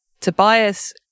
Tobias